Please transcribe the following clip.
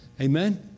Amen